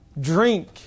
drink